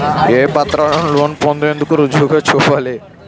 ఏ పత్రాలను లోన్ పొందేందుకు రుజువుగా చూపాలి?